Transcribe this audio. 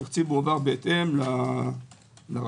התקציב הועבר בהתאם לרשויות,